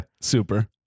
Super